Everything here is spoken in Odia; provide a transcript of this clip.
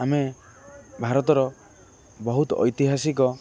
ଆମେ ଭାରତର ବହୁତ ଐତିହାସିକ